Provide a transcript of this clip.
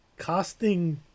casting